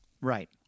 Right